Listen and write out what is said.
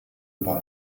über